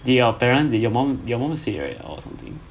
did your parent did your mom did your mom say right or something